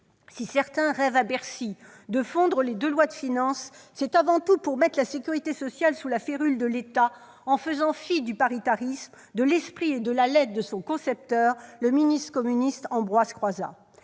Si certains rêvent, à Bercy, de fondre les deux lois de finances, c'est avant tout pour mettre la sécurité sociale sous la férule de l'État en faisant fi du paritarisme, de l'esprit et de la lettre de son concepteur, le ministre communiste Ambroise Croizat.